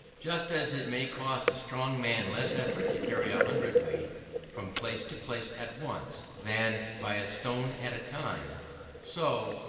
just as it may cost a strong man less effort to carry a hundred-weight from place to place at once, than by a stone at a time so,